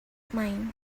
mine